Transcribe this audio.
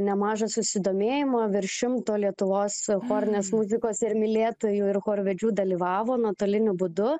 nemažo susidomėjimo virš šimto lietuvos chorinės muzikos ir mylėtojų ir chorvedžių dalyvavo nuotoliniu būdu